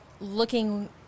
looking